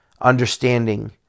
understanding